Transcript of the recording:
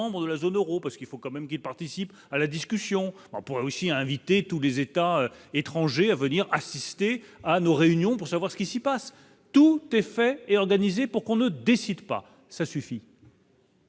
de la zone Euro, parce qu'il faut quand même qu'il participe à la discussion, on pourra aussi invité tous les États étrangers à venir assister à nos réunions pour savoir ce qui s'y passe, tout est fait, est organisé pour qu'on ne décide pas ça suffit.